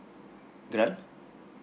grant